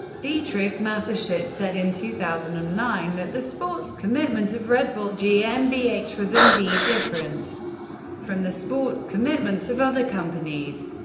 dietrich mateschitz said in two thousand and nine that the sports commitment of red bull gmbh was indeed different from the sports commitments of other companies.